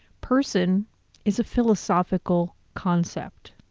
person is a philosophical concept.